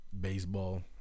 baseball